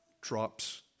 drops